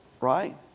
right